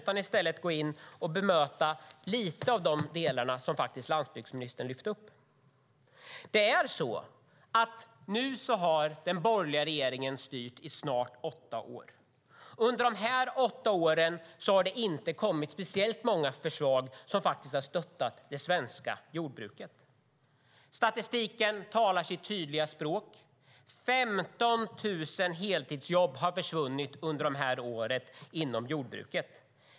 I stället ska jag bemöta lite av det som landsbygdsministern faktiskt lyfte upp. Den borgerliga regeringen har nu styrt i snart åtta år. Under de åtta åren har det inte kommit speciellt många förslag som har stöttat det svenska jordbruket. Statistiken talar sitt tydliga språk. 15 000 heltidsjobb har försvunnit inom jordbruket under de här åren.